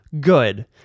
good